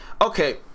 okay